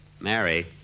Mary